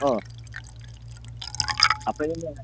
ഓ അപ്പം ഇതിൻറെ